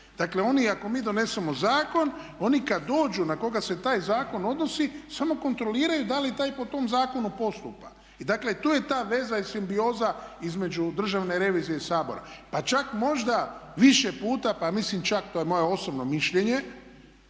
Dakle oni, ako mi donesemo zakon, oni kad dođu, na koga se taj zakon odnosi samo kontroliraju da li taj po tom zakonu postupa. I dakle, to je ta veza i simbioza između Državne revizije i Sabora, pa čak možda više puta, pa mislim čak to je moje osobno mišljenje,